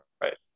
Right